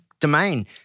domain